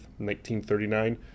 1939